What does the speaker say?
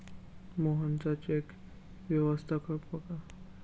मोहनचा चेक व्यवस्थापकाने प्रमाणित केला नाही